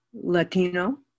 Latino